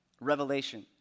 Revelation